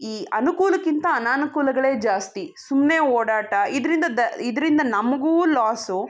ಈ ಅನುಕೂಲಕ್ಕಿಂತ ಅನನುಕೂಲಗಳೇ ಜಾಸ್ತಿ ಸುಮ್ಮನೆ ಓಡಾಟ ಇದರಿಂದ ದ ಇದರಿಂದ ನಮಗೂ ಲಾಸು